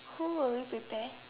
who would we prepare